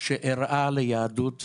שאירעה ליהדות העולם.